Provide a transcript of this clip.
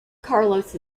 carlos